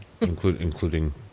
Including